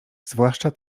zwłaszcza